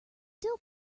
dill